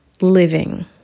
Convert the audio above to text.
living